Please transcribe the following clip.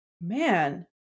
Man